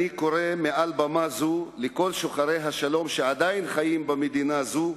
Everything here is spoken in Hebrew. אני קורא מעל במה זו לכל שוחרי השלום שעדיין חיים במדינה זו